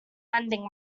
lending